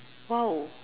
!wow!